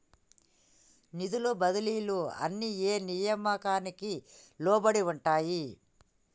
నిధుల బదిలీలు అన్ని ఏ నియామకానికి లోబడి ఉంటాయి?